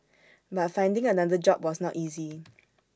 but finding another job was not easy